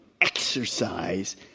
exercise